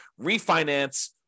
refinance